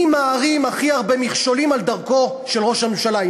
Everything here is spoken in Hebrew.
מי מערים הכי הרבה מכשולים בדרכו של ראש הממשלה,